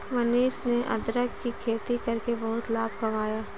मनीष ने अदरक की खेती करके बहुत लाभ कमाया